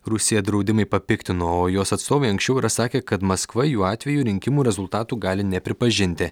rusiją draudimai papiktino o jos atstovai anksčiau yra sakę kad maskva jų atveju rinkimų rezultatų gali nepripažinti